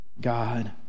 God